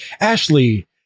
Ashley